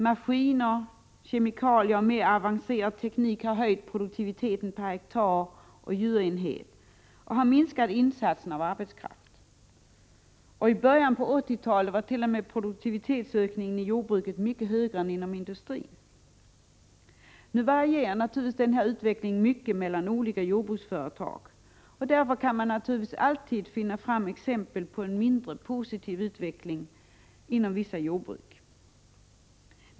Maskiner, kemikalier och mer avancerad teknik har höjt produktiviteten per hektar och djurenhet och minskat insatsen av arbetskraft. I början av 1980-talet var t.o.m. produktivitetsökningen inom jordbruket mycket högre än inom industrin. Nu varierar naturligtvis utvecklingen mycket mellan olika jordbruksföretag, och därför kan man alltid finna exempel på en mindre positiv utveckling inom vissa jordbruk.